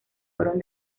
fueron